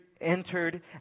entered